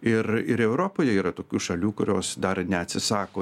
ir ir europoje yra tokių šalių kurios dar neatsisako